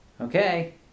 okay